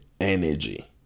energy